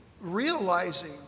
realizing